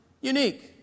unique